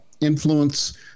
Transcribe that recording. influence